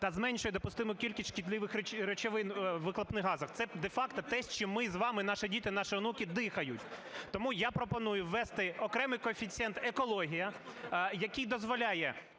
та зменшує допустиму кількість шкідливих речовин в вихлопних газах. Це де-факто те, чим ми з вами, наші діти, наші онуки дихають. Тому я пропоную ввести окремий коефіцієнт "екологія", який дозволяє,